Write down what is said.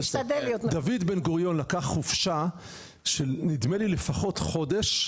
דוד בן גוריון לקח חופשה שנדמה לי לפחות חודש,